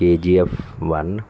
K G F one